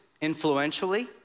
influentially